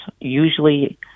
usually